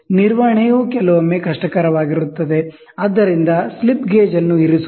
ನಿರ್ವಹಣೆಯು ಕೆಲವೊಮ್ಮೆ ಕಷ್ಟಕರವಾಗಿರುತ್ತದೆ ಆದ್ದರಿಂದ ಸ್ಲಿಪ್ ಗೇಜ್ ಅನ್ನು ಇರಿಸುವುದು